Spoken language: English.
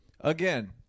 Again